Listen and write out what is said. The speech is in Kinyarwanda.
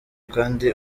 kandi